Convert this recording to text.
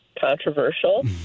controversial